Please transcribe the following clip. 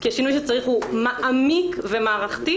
כי השינוי שצריך הוא מעמיק ומערכתי.